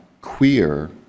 queer